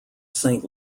saint